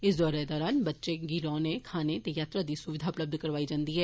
इस दौरे दौरान बच्चें गी रौहने खाने ते यात्रा दी सुविधा उपलब्ध करौआई जंदी ऐ